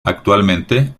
actualmente